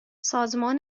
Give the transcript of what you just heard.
سازمان